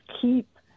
keep